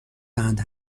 دهند